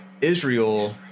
Israel